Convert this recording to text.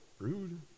rude